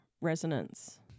resonance